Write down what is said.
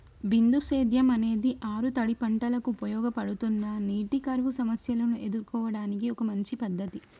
బిందు సేద్యం అనేది ఆరుతడి పంటలకు ఉపయోగపడుతుందా నీటి కరువు సమస్యను ఎదుర్కోవడానికి ఒక మంచి పద్ధతి?